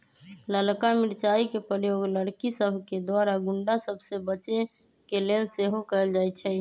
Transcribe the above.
ललका मिरचाइ के प्रयोग लड़कि सभके द्वारा गुण्डा सभ से बचे के लेल सेहो कएल जाइ छइ